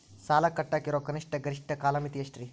ಸಾಲ ಕಟ್ಟಾಕ ಇರೋ ಕನಿಷ್ಟ, ಗರಿಷ್ಠ ಕಾಲಮಿತಿ ಎಷ್ಟ್ರಿ?